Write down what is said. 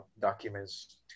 documents